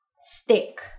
stick